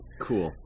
Cool